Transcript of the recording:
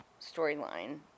storyline